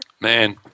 Man